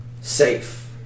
safe